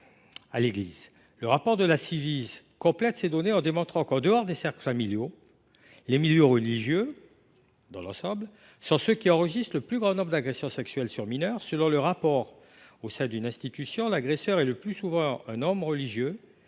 faites aux enfants (Ciivise) complète ces données en démontrant qu’en dehors des cercles familiaux, les milieux religieux sont ceux qui enregistrent le plus grand nombre d’agressions sexuelles sur mineur. Selon le rapport, au sein d’une institution, l’agresseur est le plus souvent un homme religieux,